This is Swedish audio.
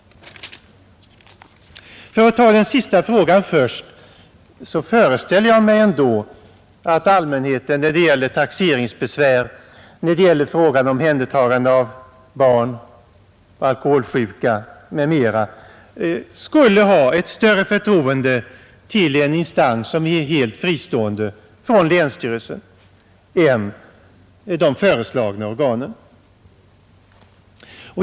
För att här ta den sista frågan först föreställer jag mig ändå att allmänheten när det gäller taxeringsbesvär, omhändertagande av barn och alkoholsjuka m.m. skulle ha större förtroende för en instans som är helt fristående från länsstyrelsen än till de föreslagna organen.